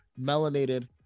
melanated